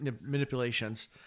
manipulations